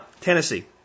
Tennessee